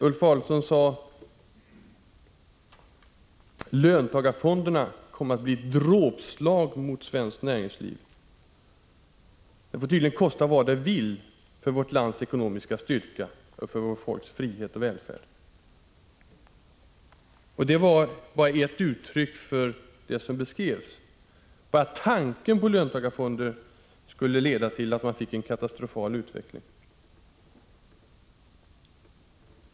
Ulf Adelsohn sade: Löntagarfonderna kommer att bli ett dråpslag mot svenskt näringsliv. Det får tydligen kosta vad det vill för vårt lands ekonomiska styrka och för vårt folks frihet och välfärd. Detta var bara ett exempel på vad som beskrevs skulle hända. Bara tanken på löntagarfonder skulle leda till en katastrofal utveckling.